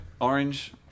Orange